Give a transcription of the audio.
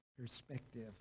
perspective